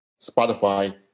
Spotify